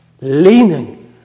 leaning